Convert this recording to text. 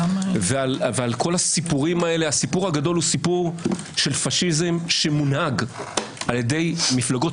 הסיפור הגדול הוא של פשיזם שמונהג על ידי מפלגות